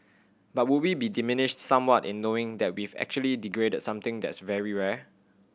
but would we be diminished somewhat in knowing that we've actually degraded something that's very rare